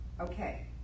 Okay